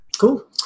Cool